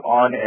on